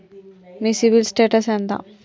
మీ CIBIL status ఎంత?